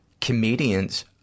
comedians